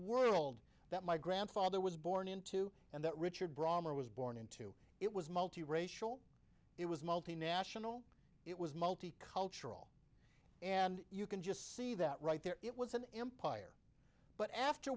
world that my grandfather was born into and that richard brommer was born into it was multi racial it was multinational it was multicultural and you can just see that right there it was an empire but after